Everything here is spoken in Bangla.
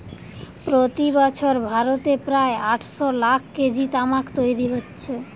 প্রতি বছর ভারতে প্রায় আটশ লাখ কেজি তামাক তৈরি হচ্ছে